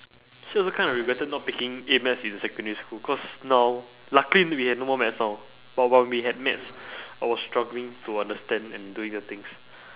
so also kind of regretted not taking A maths in secondary school cause now luckily we have no more maths now but while we had maths I was struggling to understand and doing the things